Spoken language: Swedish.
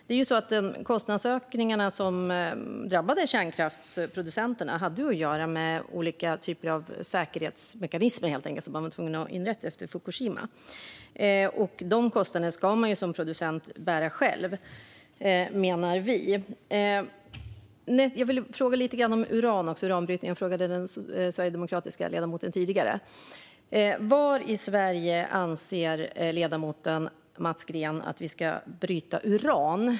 De kostnadsökningar som drabbade kärnkraftsproducenterna hade att göra med olika typer av säkerhetsmekanismer som man var tvungen att inrätta efter Fukushima. De kostnaderna ska man som producent bära själv menar vi. Jag vill också fråga lite grann om uranbrytning. Jag frågade tidigare den sverigedemokratiske ledamoten. Var i Sverige anser ledamoten Mats Green att vi ska bryta uran?